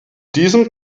diesem